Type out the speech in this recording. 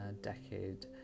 decade